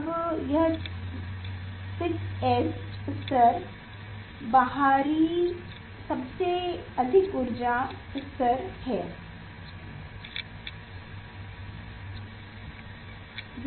अब यह 6s स्तर बाहरी सबसे अधिक ऊर्जा स्तर 6s है